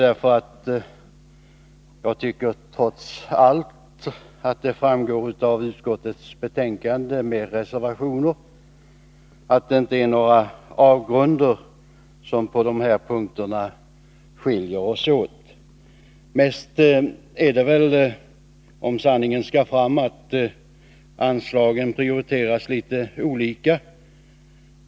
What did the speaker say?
Jag tycker att det trots allt framgår av utskottets betänkande och reservationerna att det inte är några avgrunder som skiljer oss åt på dessa punkter. Om sanningen skall fram är det mest fråga om att vi prioriterar anslagen litet olika.